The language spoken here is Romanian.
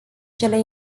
cele